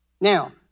Now